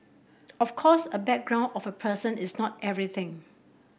of course a background of a person is not everything